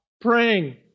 praying